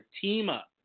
team-up